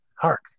Hark